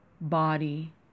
body